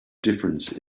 difference